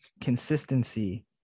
consistency